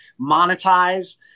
monetize